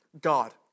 God